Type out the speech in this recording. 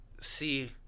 see